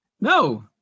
No